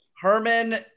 Herman